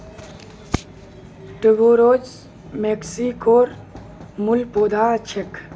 tuberose मेक्सिकोर मूल पौधा छेक